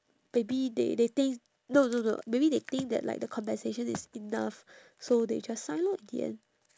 maybe they they think no no no maybe they think that like the compensation is enough so they just sign lor in the end